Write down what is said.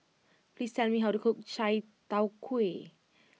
please tell me how to cook Chai Tow Kway